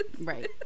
Right